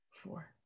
four